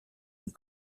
une